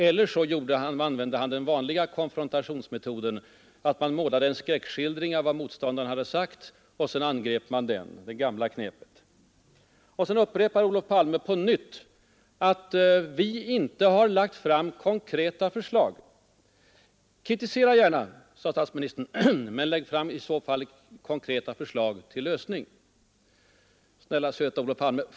Eller också använde han den gamla vanliga konfrontationsmetoden: man målar en skräckskildring av vad motståndaren sagt och så angriper man den. Sedan upprepar Olof Palme på nytt att vi inte lagt fram konkreta förslag. Kritisera gärna, sade statsministern, men lägg i så fall fram konkreta förslag till lösning. Snälla söta Olof Palme!